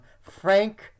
Frank